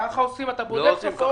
ככה עושים, אתה בודק תופעות.